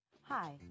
Hi